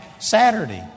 Saturday